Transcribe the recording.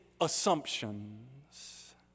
assumptions